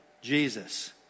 Jesus